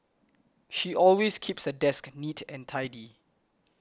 she always keeps her desk neat and tidy